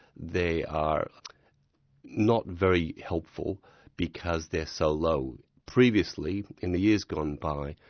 they are not very helpful because they're so low. previously, in the years gone by,